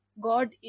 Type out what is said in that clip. God